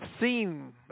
seen